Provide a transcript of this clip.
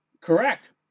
Correct